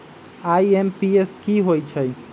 IMPS की होईछइ?